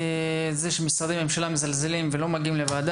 העובדה שמשרדי הממשלה מזלזלים בוועדה ולא נוכחים בדיון,